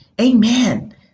Amen